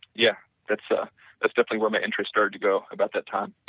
yeah, that's ah that's definitely where my interest started to go about that time